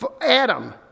Adam